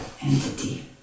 entity